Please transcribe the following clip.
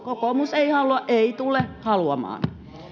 kokoomus ei halua eikä tule haluamaan